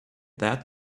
that